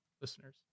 listeners